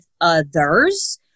others